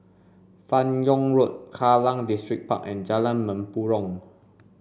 Fan Yoong Road Kallang Distripark and Jalan Mempurong